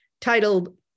titled